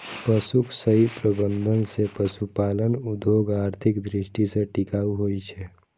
पशुक सही प्रबंधन सं पशुपालन उद्योग आर्थिक दृष्टि सं टिकाऊ होइ छै